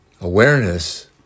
Awareness